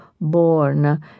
born